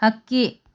ಹಕ್ಕಿ